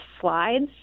slides